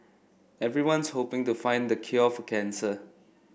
everyone's hoping to find the cure for cancer